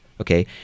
Okay